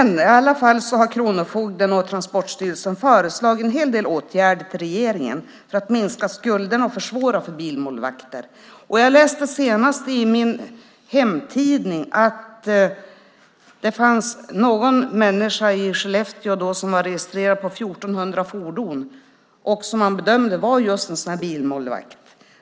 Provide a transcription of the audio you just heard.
I alla fall har kronofogden och Transportstyrelsen föreslagit en hel del åtgärder till regeringen för att minska skulderna och försvåra för bilmålvakter. Jag läste senast i min hemtidning att det fanns någon människa i Skellefteå som var registrerad på 1 400 fordon och som man bedömde var just en bilmålvakt.